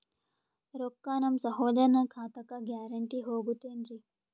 ರೊಕ್ಕ ನಮ್ಮಸಹೋದರನ ಖಾತಕ್ಕ ಗ್ಯಾರಂಟಿ ಹೊಗುತೇನ್ರಿ?